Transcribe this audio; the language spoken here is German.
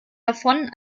davon